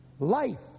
Life